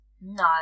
No